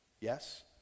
Yes